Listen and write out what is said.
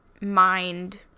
mind